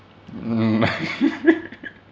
mm